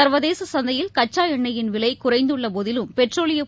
சர்வதேச சந்தையில் கச்சா எண்ணெயின் விலை குறைந்துள்ள போதிலும் பெட்ரோலியப்